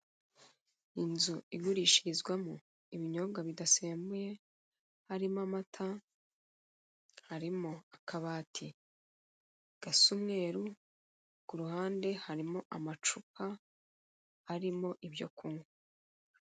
Inzu igurishirizwamo ibinyobwa bidasembuye, harimo amata, harimo akabati gasa umweru, ku ruhande harimo amacupa arimo ibyo kunywa.